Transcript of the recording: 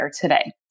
today